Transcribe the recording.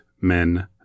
men